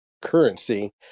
Currency